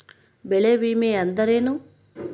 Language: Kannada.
ಬೆಳೆ ವಿಮೆ ಅಂದರೇನು?